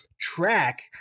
track